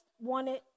wanted